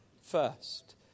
first